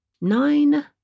nine